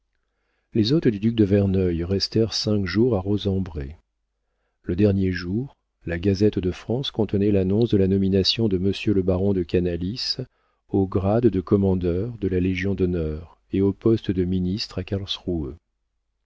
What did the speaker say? les hôtes du duc de verneuil restèrent cinq jours à rosembray le dernier jour la gazette de france contenait l'annonce de la nomination de monsieur le baron de canalis au grade de commandeur de la légion d'honneur et au poste de ministre à